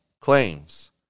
claims